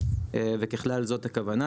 וככלל זאת הכוונה.